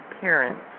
parents